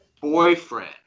boyfriend